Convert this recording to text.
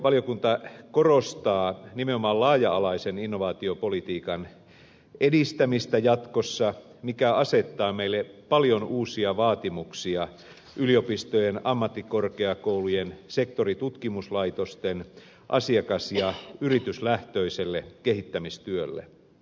valtiovarainvaliokunta korostaa nimenomaan laaja alaisen innovaatiopolitiikan edistämistä jatkossa mikä asettaa meille paljon uusia vaatimuksia yliopistojen ammattikorkeakoulujen sektoritutkimuslaitosten asiakas ja yrityslähtöiselle kehittämistyölle